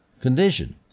condition